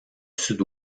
sud